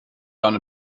done